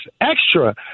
extra